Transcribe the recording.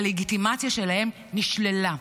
הלגיטימציה שלהם נשללה,